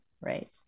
right